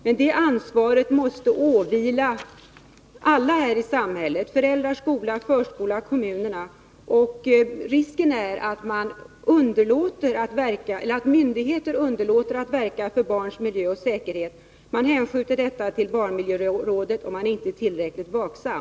Men detta ansvar måste åvila alla här i samhället: föräldrarna, skolan, förskolan och kommunerna. Risken är att myndigheterna underlåter att verka för barns miljö och säkerhet och hänskjuter dessa frågor till barnmiljörådet och man blir inte tillräckligt vaksam.